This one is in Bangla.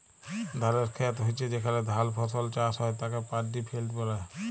ধালের খেত হচ্যে যেখলে ধাল ফসল চাষ হ্যয় তাকে পাড্ডি ফেইল্ড ব্যলে